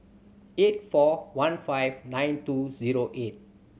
eight four one five nine two zero eight